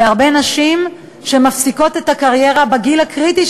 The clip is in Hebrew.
בהרבה נשים שמפסיקות את הקריירה בגיל הקריטי,